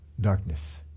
darkness